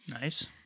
Nice